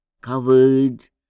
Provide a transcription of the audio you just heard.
covered